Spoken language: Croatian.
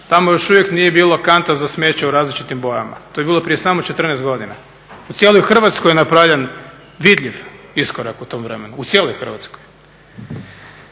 tamo još uvijek nije bilo kanta za smeće u različitim bojama. To je bilo prije samo 14 godina. U cijeloj Hrvatskoj je napravljen vidljiv iskorak u tom vremenu, u cijeloj Hrvatskoj.